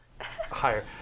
Higher